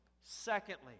Secondly